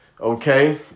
Okay